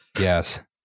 Yes